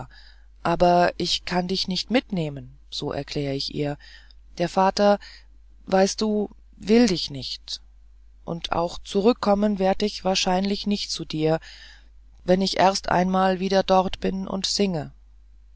aber ich kann dich nicht mitnehmen so erklär ich ihr der vater weißt du will dich nicht und auch zurückkommen werd ich wahrscheinlich nicht zu dir wenn ich erst einmal wieder dort bin und singe